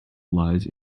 lies